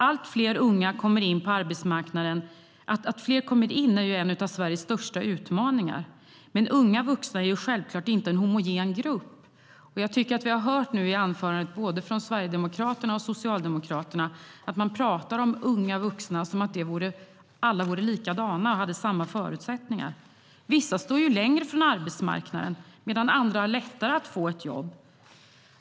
Att fler unga kommer in på arbetsmarknaden är en av Sveriges största utmaningar, men unga vuxna är självklart inte en homogen grupp. Vi har i anförandena hört både sverigedemokrater och socialdemokrater tala om unga vuxna som om alla vore likadana och hade samma förutsättningar. Vissa står längre från arbetsmarknaden medan andra har lättare att få ett jobb.